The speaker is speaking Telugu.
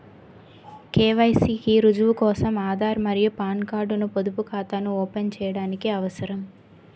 కె.వై.సి కి రుజువు కోసం ఆధార్ మరియు పాన్ కార్డ్ ను పొదుపు ఖాతాను ఓపెన్ చేయడానికి అవసరం